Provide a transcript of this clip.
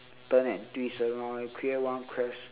turn and twist around and create one ques~